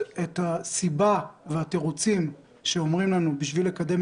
את הסיבה והתירוצים שאומרים לנו בשביל לקדם